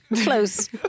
close